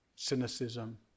cynicism